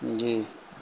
جی